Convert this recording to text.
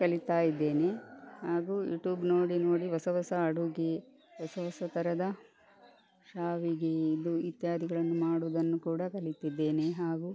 ಕಲಿತಾ ಇದ್ದೇನೆ ಹಾಗು ಯೂಟ್ಯೂಬ್ ನೋಡಿ ನೋಡಿ ಹೊಸ ಹೊಸ ಅಡುಗೆ ಹೊಸ ಹೊಸ ಥರದ ಶ್ಯಾವಿಗೆ ಇದು ಇತ್ಯಾದಿಗಳನ್ನು ಮಾಡುವುದನ್ನು ಕೂಡ ಕಲಿತಿದ್ದೇನೆ ಹಾಗು